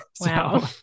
Wow